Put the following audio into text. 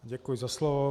Děkuji za slovo.